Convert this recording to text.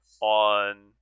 on